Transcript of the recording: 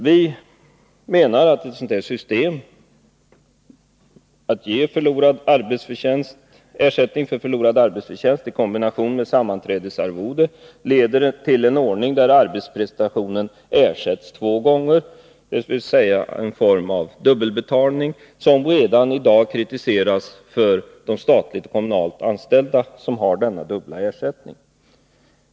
Vi menar att ett sådant system, att ge ersättning för förlorad arbetsförtjänst i kombination med sammanträdesarvoden, leder till en ordning där arbetsprestationen ersätts två gånger, dvs. en form av dubbelbetalning som redan i dag gäller för de statligt och kommunalt anställda och som kritiseras.